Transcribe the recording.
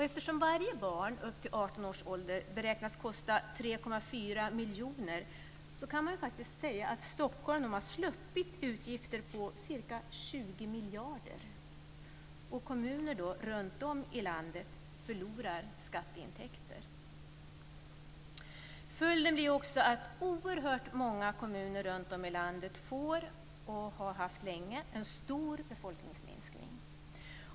Eftersom varje barn upp till 18 års ålder beräknas kosta 3,4 miljoner kan man säga att Stockholm har sluppit utgifter på ca 20 miljarder. Kommuner runtom i landet förlorar också skatteintäkter. Följden blir också att oerhört många kommuner runtom i landet får, och har haft länge, en stor befolkningsminskning.